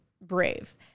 brave